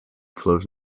flows